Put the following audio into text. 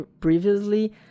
previously